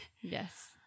Yes